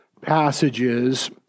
passages